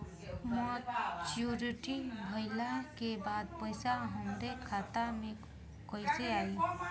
Maturity भईला के बाद पईसा हमरे खाता में कइसे आई?